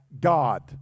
God